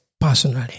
personally